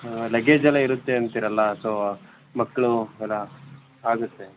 ಲಗೇಜೆಲ್ಲ ಇರುತ್ತೆ ಅಂತೀರಲ್ಲ ಸೋ ಮಕ್ಕಳು ಎಲ್ಲ ಆಗತ್ತೆ